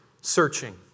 searching